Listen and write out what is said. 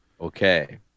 Okay